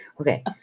Okay